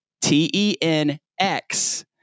t-e-n-x